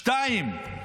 שתיים,